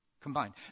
Combined